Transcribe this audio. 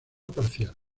parcial